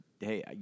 Hey